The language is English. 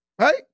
Right